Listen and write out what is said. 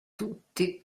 tutti